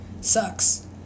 sucks